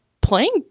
playing